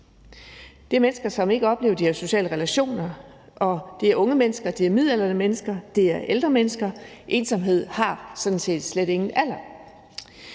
Det er mennesker, som ikke oplever, at de har sociale relationer, og det er unge mennesker, det er midaldrende mennesker, det er ældre mennesker – ensomhed har sådan set slet ingen alder.